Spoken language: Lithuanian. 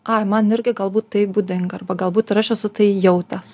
ai man irgi galbūt tai būdinga arba galbūt ir aš esu tai jautęs